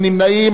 אין נמנעים.